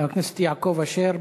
חבר הכנסת יעקב אשר,